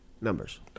numbers